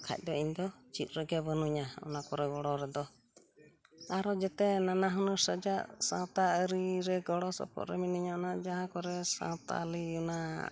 ᱵᱟᱠᱷᱟᱡ ᱫᱚ ᱤᱧᱫᱚ ᱪᱮᱫ ᱨᱮᱜᱮ ᱵᱟᱹᱱᱩᱧᱟ ᱚᱱᱟ ᱠᱚᱨᱮ ᱜᱚᱲᱚ ᱨᱮᱫᱚ ᱟᱨᱚ ᱡᱟᱛᱮ ᱱᱟᱱᱟ ᱦᱩᱱᱟᱹᱨ ᱥᱟᱡᱟᱜ ᱥᱟᱶᱛᱟ ᱟᱹᱨᱤ ᱨᱮ ᱜᱚᱲᱚ ᱥᱚᱯᱚᱦᱚᱫ ᱨᱮ ᱢᱤᱱᱟᱹᱧᱟ ᱚᱱᱟ ᱡᱟᱦᱟᱸ ᱠᱚᱨᱮ ᱥᱟᱶᱛᱟᱞᱤ ᱚᱱᱟ